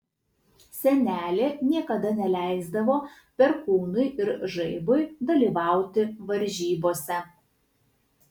senelė niekada neleisdavo perkūnui ir žaibui dalyvauti varžybose